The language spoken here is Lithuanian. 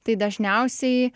tai dažniausiai